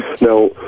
Now